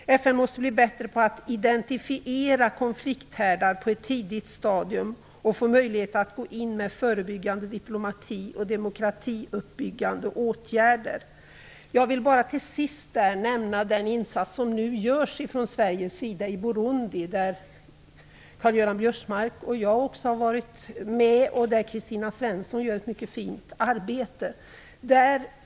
FN måste bli bättre på att identifiera konflikthärdar på ett tidigt stadium och få möjlighet att gå in med förebyggande diplomati och demokratiuppbyggande åtgärder. Jag vill bara till sist nämna den insats som nu görs från Sveriges sida i Burundi, där Karl-Göran Biörsmark och även jag har varit med och där Kristina Svensson gör ett mycket fint arbete.